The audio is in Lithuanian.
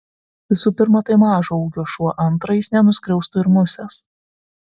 visų pirma tai mažo ūgio šuo antra jis nenuskriaustų ir musės